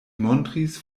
montris